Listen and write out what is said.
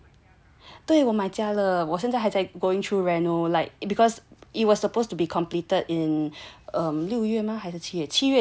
对我卖家了我现在 going through reno